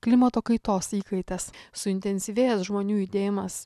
klimato kaitos įkaitas suintensyvėjęs žmonių judėjimas